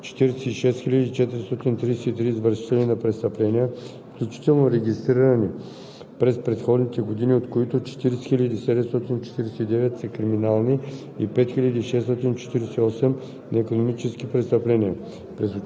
съответната година. В отчета за дейността на Министерството на вътрешните работи се посочва, че през 2019 г. са установени общо 46 433 извършители на престъпления, включително регистрирани